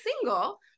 single